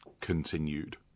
Continued